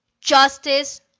justice